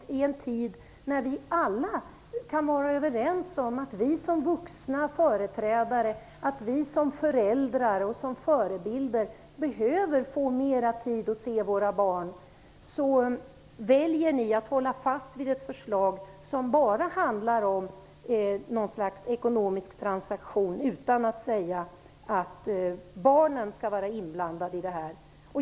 Vi kan alla vara överens om att vi som vuxna, som föräldrar och som förebilder behöver få mer tid till våra barn. Jag tycker faktiskt att det är beklagligt att ni då väljer att hålla fast vid ett förslag som bara handlar om något slags ekonomisk transaktion utan att säga att barnen skall vara inblandade.